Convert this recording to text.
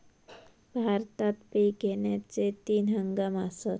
भारतात पिक घेण्याचे तीन हंगाम आसत